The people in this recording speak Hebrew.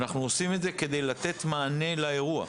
אנחנו מנהלים את הדיון הזה כדי לתת מענה לאירוע,